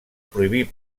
prohibir